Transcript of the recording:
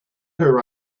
her